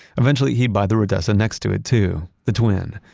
eventually, he'd buy the rodessa next to it, too, the twin.